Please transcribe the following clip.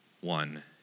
one